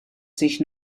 sich